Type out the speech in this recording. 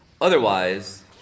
Otherwise